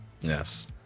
Yes